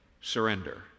surrender